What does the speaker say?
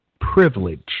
privilege